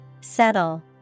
Settle